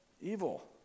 evil